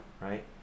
right